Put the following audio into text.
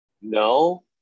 no